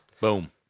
Boom